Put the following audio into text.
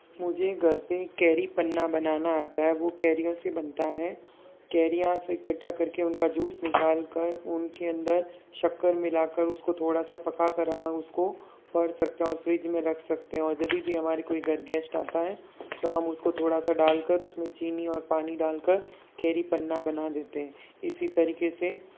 मुझे घर पर कैरी पन्ना बनाना आता है वो कैरियों से बनता है कैरियाँ से इकठ्ठा करके उनका जूस निकाल कर उनके अंदर शक्कर मिला कर उसको थोड़ा सा पका कर हमें उसको कर सकते हैं और फ्रिज में रख सकते है और जभी भी हमारे कोई घर गेस्ट आता है तो हम उसको थोड़ा सा डाल कर उसमे चीनी और पानी डाल कर कैरी पन्ना बना देते हैं इसी तरीके से